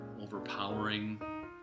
overpowering